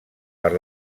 per